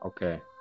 okay